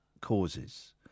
causes